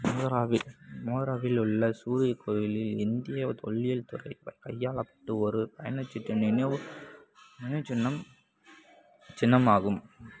மோதேராவில் மோதாராவில் உள்ள சூரியக் கோயிலில் இந்தியத் தொல்லியல் துறையால் கையாளப்படும் ஒரு பயணச்சீட்டு நினைவுச் நினைவுச் சின்னம் சின்னமாகும்